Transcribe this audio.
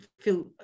feel